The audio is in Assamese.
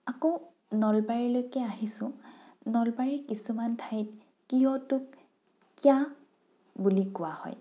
আকৌ নলবাৰীলৈকে আহিছোঁ নলবাৰীৰ কিছুমান ঠাইত কিয়টোক কিয়া বুলি কোৱা হয়